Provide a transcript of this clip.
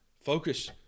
focus